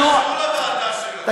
אבל זה קשור לוועדה שלו, יש קשר.